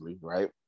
right